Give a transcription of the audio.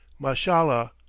mashallah,